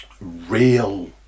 real